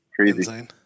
crazy